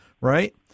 right